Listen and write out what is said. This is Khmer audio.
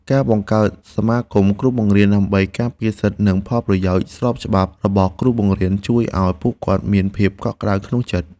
ការបង្កើតសមាគមគ្រូបង្រៀនដើម្បីការពារសិទ្ធិនិងផលប្រយោជន៍ស្របច្បាប់របស់គ្រូបង្រៀនជួយឱ្យពួកគាត់មានភាពកក់ក្តៅក្នុងចិត្ត។